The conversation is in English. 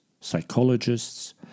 psychologists